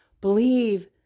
believe